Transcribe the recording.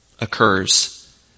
occurs